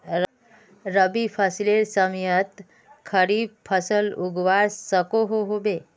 रवि फसलेर समयेत खरीफ फसल उगवार सकोहो होबे?